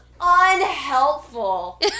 unhelpful